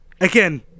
again